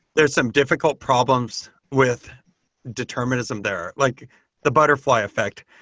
there're some difficult problems with determinism there, like the butterfly effect.